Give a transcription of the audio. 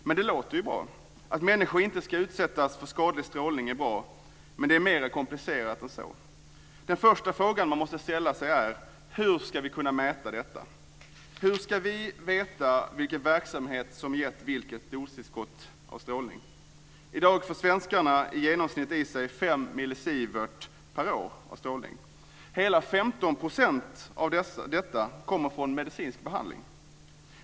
Men det låter ju bra. Att människor inte ska utsättas för skadlig strålning är bra, men det är mer komplicerat än så. Den första frågan man måste ställa sig är: Hur ska vi kunna mäta detta? Hur ska vi veta vilken verksamhet som gett vilket dostillskott av strålning? I dag får vi svenskar i genomsnitt i oss 5 millisievert per år från strålning. Hela 15 % av denna kommer från medicinsk behandling.